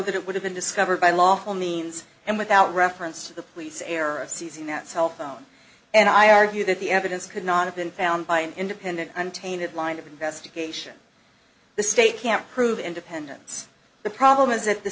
that it would have been discovered by lawful means and without reference to the police error of seizing that cell phone and i argue that the evidence could not have been found by an independent untainted line of investigation the state can't prove independence the problem is